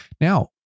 now